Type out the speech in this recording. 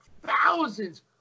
thousands